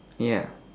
ya